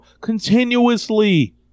continuously